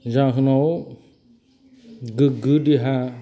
जाहोनाव गोग्गो देहा